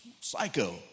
psycho